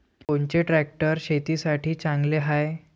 कोनचे ट्रॅक्टर शेतीसाठी चांगले हाये?